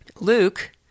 luke